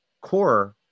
core